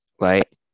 Right